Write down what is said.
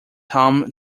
home